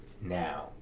now